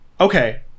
okay